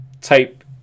type